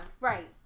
Right